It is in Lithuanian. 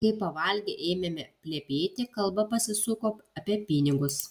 kai pavalgę ėmėme plepėti kalba pasisuko apie pinigus